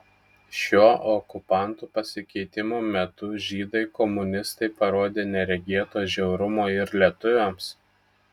šiuo okupantų pasikeitimo metu žydai komunistai parodė neregėto žiaurumo ir lietuviams